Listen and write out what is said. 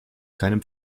keinem